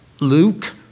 Luke